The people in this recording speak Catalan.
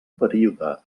període